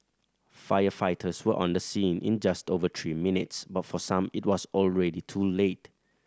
firefighters were on the scene in just over three minutes but for some it was already too late